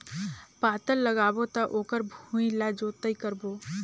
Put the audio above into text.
पातल लगाबो त ओकर भुईं ला जोतई करबो?